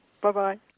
Bye-bye